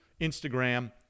Instagram